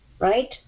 right